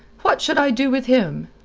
what should i do with him?